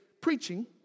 preaching